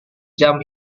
jam